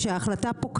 יש פה הזדמנות פז